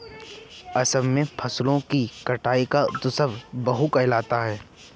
असम में फसलों की कटाई का उत्सव बीहू कहलाता है